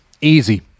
Easy